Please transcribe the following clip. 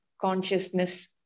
consciousness